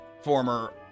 former